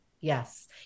Yes